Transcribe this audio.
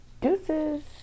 Deuces